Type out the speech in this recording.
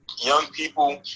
young people,